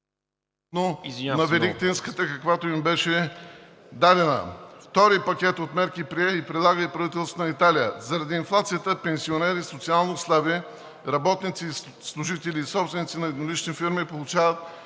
на великденската, каквато им беше дадена. Втори пакет прие и прилага и правителството на Италия. Заради инфлацията пенсионери, социалнослаби, работници и служители и собственици на еднолични фирми получават